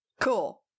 Cool